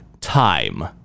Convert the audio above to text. Time